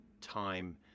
time